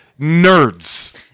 nerds